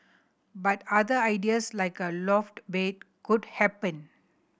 but other ideas like a loft bed could happen